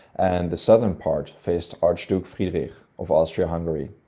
and the southern part faced archduke friedrich of austria-hungary.